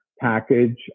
package